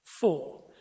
Four